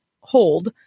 hold